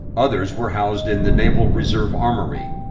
others were housed in the naval reserve armory,